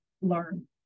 learn